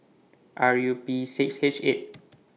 R U P six H eight